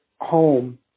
home